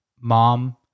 Mom